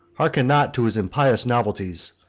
hearken not to his impious novelties.